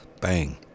Bang